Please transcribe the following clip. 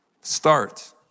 start